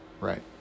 Right